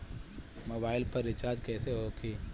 Mobile पर recharge कैसे होखी?